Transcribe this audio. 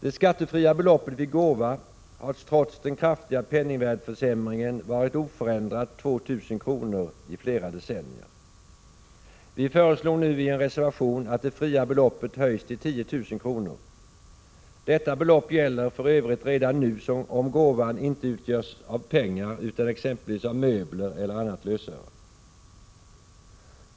Det skattefria beloppet vid gåva har, trots den kraftiga penningvärdeförsämringen, varit oförändrat 2 000 kr. i flera decennier. Vi föreslår nu i en reservation att det fria beloppet höjs till 10 000 kr. Detta belopp gäller för Övrigt redan nu om gåvan inte utgörs av pengar, utan exempelvis av möbler eller annat lösöre.